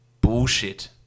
bullshit